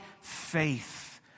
faith